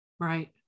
Right